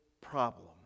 problem